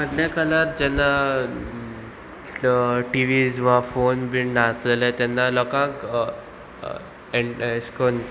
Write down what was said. आदल्या काळार जेन्ना टिवीज वा फोन बीन नासलेले तेन्ना लोकांक एन एश कोन